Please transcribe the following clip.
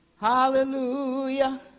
Hallelujah